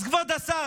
אז כבוד השר,